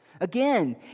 Again